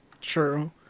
true